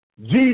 Jesus